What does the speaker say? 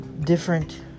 different